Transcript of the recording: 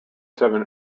seven